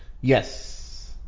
Yes